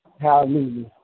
Hallelujah